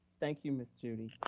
thank you, ms. judy.